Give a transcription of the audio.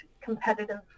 competitive